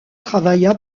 travailla